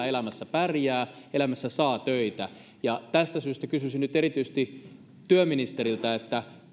elämässä pärjää elämässä saa töitä tästä syystä kysyisin nyt erityisesti työministeriltä